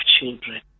children